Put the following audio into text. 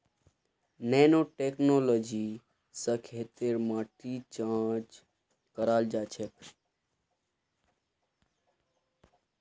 nano technology स खेतेर माटी जांच कराल जाछेक